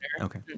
okay